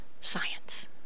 Science